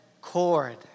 cord